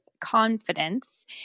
confidence